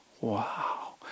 wow